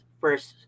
first